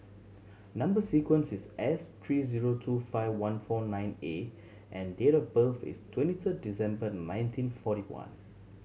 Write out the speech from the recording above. number sequence is S three zero two five one four nine A and date of birth is twenty third December nineteen forty one